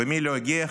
ומי לא הגיעו?